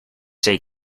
say